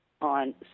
on